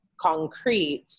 concrete